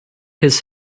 his